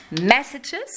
Messages